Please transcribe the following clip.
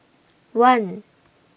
one